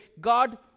God